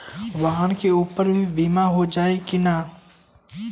वाहन के ऊपर भी बीमा हो जाई की ना?